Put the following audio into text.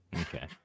Okay